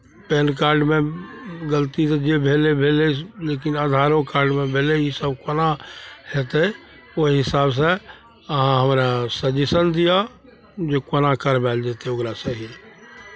पैनकार्डमे गलती तऽ जे भेलै भेलै लेकिन आधारो कार्डमे भेलै इसभ कोना हेतै ओहि हिसाबसँ अहाँ हमरा सजेशन दिअ जे कोना करवायल जेतै ओकरा सही